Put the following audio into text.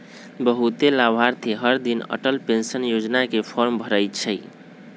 बहुते लाभार्थी हरदिन अटल पेंशन योजना के फॉर्म भरई छई